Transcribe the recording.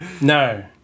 No